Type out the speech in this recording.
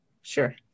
sure